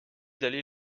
d’aller